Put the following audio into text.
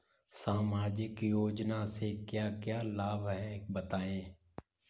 सामाजिक योजना से क्या क्या लाभ हैं बताएँ?